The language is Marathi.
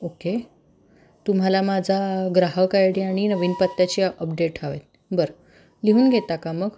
ओके तुम्हाला माझा ग्राहक आय डी आणि नवीन पत्त्याची अपडेट हवे आहेत बरं लिहून घेता का मग